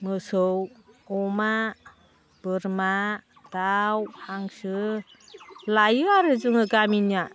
मोसौ अमा बोरमा दाउ हांसो लायो आरो जोङो गामिनिया